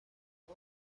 یکی